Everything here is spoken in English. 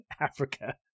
Africa